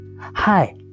Hi